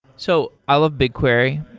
so i love bigquery.